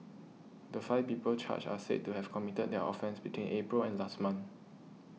the five people charged are said to have committed their offences between April and last month